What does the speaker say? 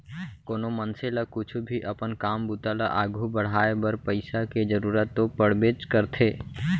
कोनो मनसे ल कुछु भी अपन काम बूता ल आघू बढ़ाय बर पइसा के जरूरत तो पड़बेच करथे